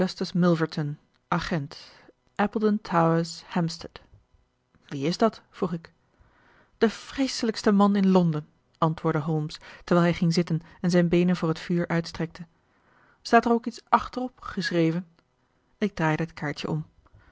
agent appledown towers hampstead wie is dat vroeg ik de vreeselijkste man in londen antwoordde holmes terwijl hij ging zitten en zijn beenen voor het vuur uitstrekte staat er ook iets achterop geschreven ik draaide het kaartje om